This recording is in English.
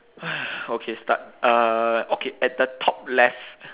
!hais! okay start uh okay at the top left